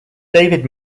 david